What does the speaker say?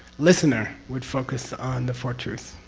listener would focus on the four truths.